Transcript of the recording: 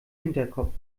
hinterkopf